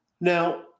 Now